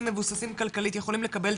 בוקר טוב,